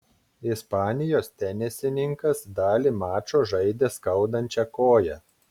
ispanijos tenisininkas dalį mačo žaidė skaudančia koja